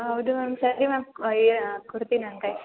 ಹೌದು ಮ್ಯಾಮ್ ಸರಿ ಮ್ಯಾಮ್ ಕೊಡ್ತೀನಿ